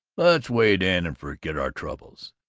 let's wade in and forget our troubles.